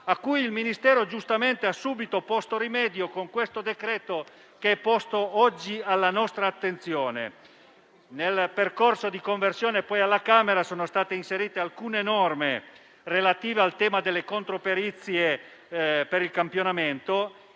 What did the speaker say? a cui il Ministero giustamente ha subito posto rimedio con il decreto-legge oggi alla nostra attenzione. Nel percorso di conversione alla Camera sono state inserite alcune norme relative al tema delle controperizie per il campionamento